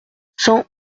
cent